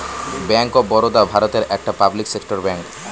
bank of Baroda ভারতের একটা public sector bank